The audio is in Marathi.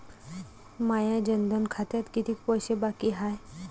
माया जनधन खात्यात कितीक पैसे बाकी हाय?